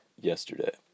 yesterday